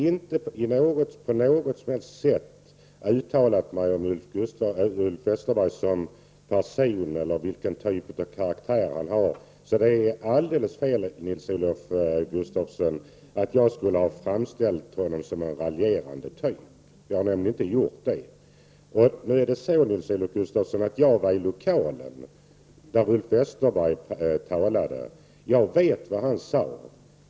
Inte på något sätt har jag uttalat mig om Ulf Westerberg som person eller om vilken karaktär han har. Så det är alldeles fel, Nils-Olof Gustafsson, att jag skulle ha framställt honom som en raljerande typ. Jag har alltså inte gjort det. Nu är det så, Nils-Olof Gustafsson, att jag var i den lokal där Ulf Westerberg talade. Jag vet vad han sade.